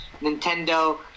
Nintendo